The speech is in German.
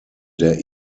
der